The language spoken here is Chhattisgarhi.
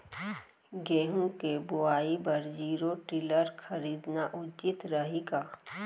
गेहूँ के बुवाई बर जीरो टिलर खरीदना उचित रही का?